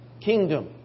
kingdom